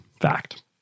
Fact